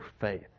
faith